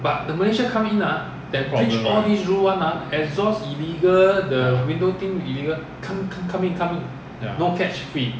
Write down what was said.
no problem right ya